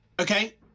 Okay